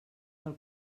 del